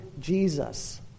Jesus